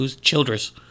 Childress